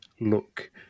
look